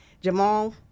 Jamal